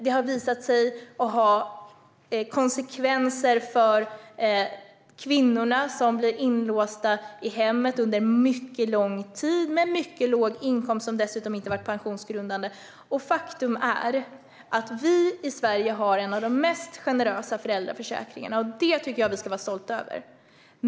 Det har visat sig ha konsekvenser för kvinnorna, som blivit inlåsta i hemmet under mycket lång tid med en mycket låg inkomst som dessutom inte varit pensionsgrundande. Faktum är att vi i Sverige har en av de mest generösa föräldraförsäkringarna. Det tycker jag att vi ska vara stolta över.